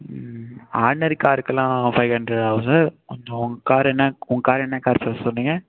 ordinary காருக்கெல்லாம் five hundred ஆகும் sir கொஞ்சம் உங்கள் கார் என்ன உங்கள் கார் என்ன கார் சார் சொன்னிங்க